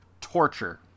torture